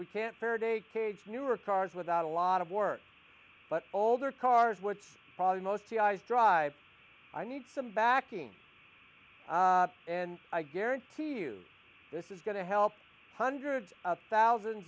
we can't hurt a cage newer cars without a lot of work but older cars would probably mostly eyes drive i need some backing and i guarantee you this is going to help hundreds of thousands